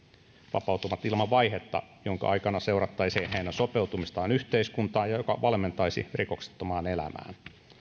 vapautuvat ilman vaihetta jonka aikana seurattaisiin heidän sopeutumistaan yhteiskuntaan ja joka valmentaisi rikoksettomaan elämään